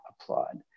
applaud